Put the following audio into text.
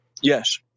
Yes